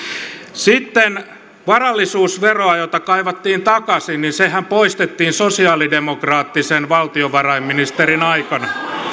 varallisuusveroa kaivattiin takaisin sehän poistettiin sosialidemokraattisen valtiovarainministerin aikana